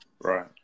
Right